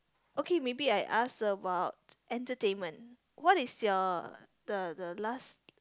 okay maybe I ask about entertainment what is your the the last